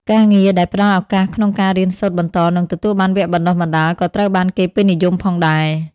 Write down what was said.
ការងារដែលផ្ដល់ឱកាសក្នុងការរៀនសូត្របន្ត និងទទួលបានវគ្គបណ្ដុះបណ្ដាល ក៏ត្រូវបានគេពេញនិយមផងដែរ។